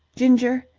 ginger,